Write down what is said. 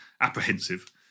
apprehensive